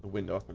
window.